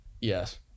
Yes